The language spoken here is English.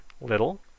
little